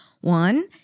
One